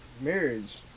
marriage